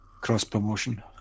cross-promotion